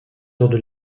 autour